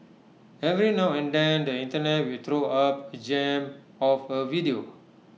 every now and then the Internet will throw up A gem of A video